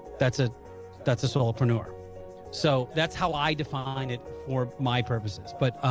that's it that's a solopreneur so that's how i define it for my purposes but